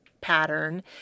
pattern